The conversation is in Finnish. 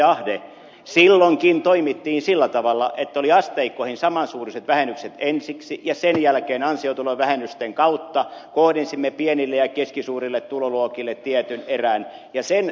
ahde silloinkin toimittiin sillä tavalla että oli asteikkoihin samansuuruiset vähennykset ensiksi ja sen jälkeen ansiotulovähennysten kautta kohdensimme pienille ja keskisuurille tuloluokille tietyn erän